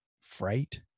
fright